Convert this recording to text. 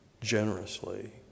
generously